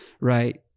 right